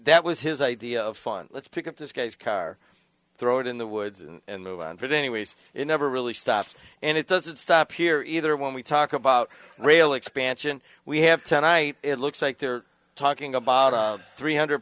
that was his idea of fun let's pick up this guy's car throw it in the woods and move on but anyways you never really stopped and it doesn't stop here either when we talk about rail expansion we have tonight it looks like they're talking about a three hundred